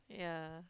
yeah